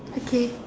okay